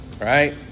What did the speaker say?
Right